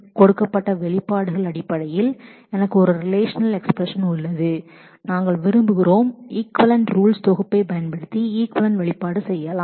கொடுக்கப்பட்ட கொரிக்கு எனக்கு ஒரு ரிலேஷநல் எக்ஸ்பிரஸன் உள்ளது நாம் ஈக்விவலெண்ட் எக்ஸ்பிரஷன் உருவாக்க விரும்பினால் ஈக்விவலெண்ட் ரூல்ஸ் rules தொகுப்பைப் பயன்படுத்தி செய்யலாம்